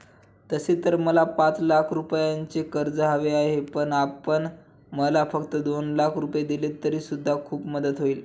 तसे तर मला पाच लाख रुपयांचे कर्ज हवे आहे, पण आपण मला फक्त दोन लाख रुपये दिलेत तरी सुद्धा खूप मदत होईल